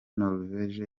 norvege